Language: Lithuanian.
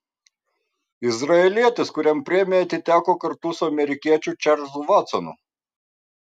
izraelietis kuriam premija atiteko kartu su amerikiečiu čarlzu vatsonu